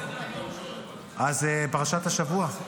אז פרשת השבוע.